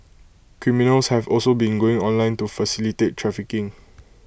criminals have also been going online to facilitate trafficking